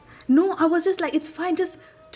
no I was just like it's fine just